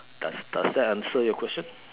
does does that answer your question